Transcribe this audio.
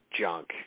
junk